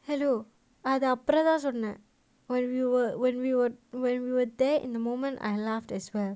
hello are the அதுஅப்புறம்தாசொன்னேன்:adhu appuramtha sonnen when we were when we were there in the moment I laughed as well